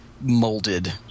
molded